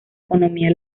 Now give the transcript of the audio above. economía